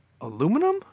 aluminum